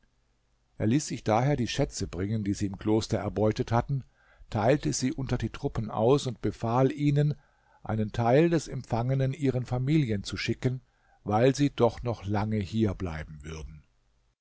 er ließ sich daher die schätze bringen die sie im kloster erbeutet hatten teilte sie unter die truppen aus und befahl ihnen einen teil des empfangenen ihren familien zu schicken weil sie doch noch lange hier bleiben würden